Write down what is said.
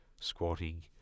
squatting